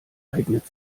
eignet